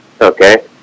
Okay